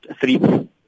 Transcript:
three